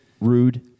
rude